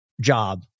job